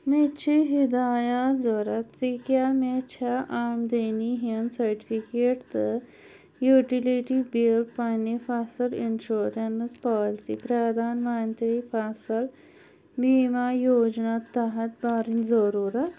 مےٚ چھِ ہدایات ضوٚرتھ زِ کیٛاہ مےٚ چھا آمدنی ہِنٛز سرٹِفِکیٹ تہٕ یوٹِلِٹی بِل پنٛنہِ فصل انشورنٕس پالسی پردھان منتری فصل بیٖما یوجنا تحت بَرٕنۍ ضروٗرتھ